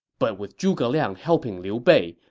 but with zhuge liang helping liu bei,